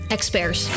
Experts